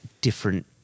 different